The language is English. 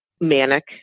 manic